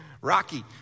Rocky